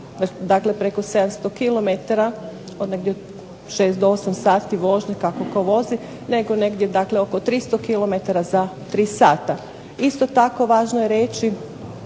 dakle preko 700 km od negdje 6 do 8 sati vožnje kako tko vozi, nego negdje dakle oko 300 km za 3 sata. Isto tako, važno je reći